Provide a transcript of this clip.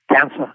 cancer